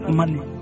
money